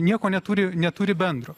nieko neturi neturi bendro